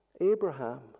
Abraham